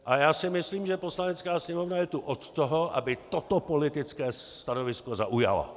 A myslím si, že Poslanecká sněmovna je tu od toho, aby toto politické stanovisko zaujala.